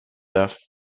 deaths